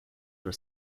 were